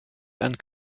and